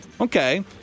Okay